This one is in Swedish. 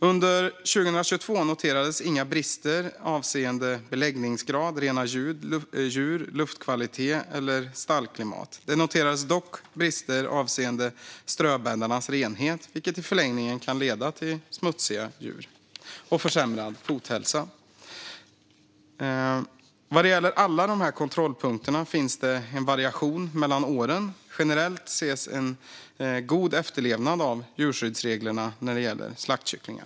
Under 2022 noterades inga brister avseende beläggningsgrad, rena djur, luftkvalitet eller stallklimat. Dock noterades brister avseende ströbäddarnas renhet, vilket i förlängningen kan leda till smutsiga djur och försämrad fothälsa. Vad gäller alla dessa kontrollpunkter finns en variation mellan åren. Generellt ses en god efterlevnad av djurskyddsreglerna när det gäller slaktkycklingar.